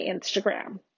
Instagram